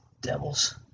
devils